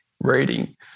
reading